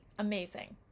amazing